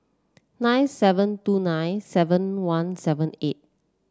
nine seven two nine seven one seven eight